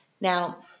Now